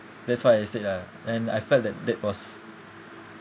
that's what I said ah and I felt that that was